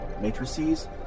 Matrices